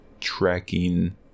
tracking